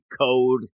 code